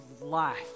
life